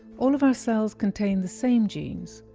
all of our cells contain the same genes,